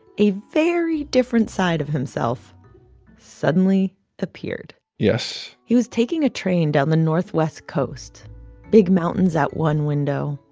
a very different side of himself suddenly appeared yes he was taking a train down the northwest coast big mountains out one window,